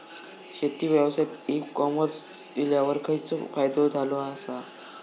शेती व्यवसायात e commerce इल्यावर खयचो फायदो झालो आसा?